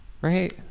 Right